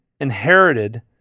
inherited